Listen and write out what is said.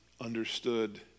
understood